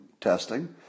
testing